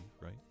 right